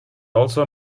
also